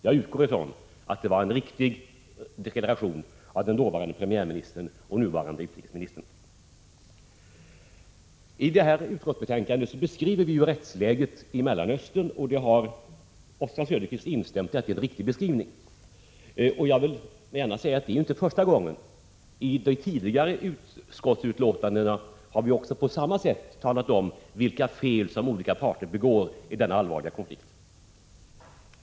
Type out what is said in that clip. Jag utgår från att det var en uppriktig deklaration av den dåvarande premiärministern, nuvarande utrikesministern. I detta utrikesutskottets betänkande beskriver vi rättsläget i Mellanöstern. Oswald Söderqvist instämmer och säger att det är en riktig beskrivning. Jag vill gärna säga att det inte är första gången. I tidigare utrikesutskottets betänkanden har vi på samma sätt talat om vilka fel olika parter i den allvarliga konflikten begår.